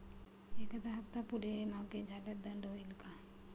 एखादा हफ्ता पुढे मागे झाल्यास दंड होईल काय?